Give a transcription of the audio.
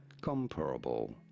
Comparable